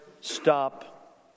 stop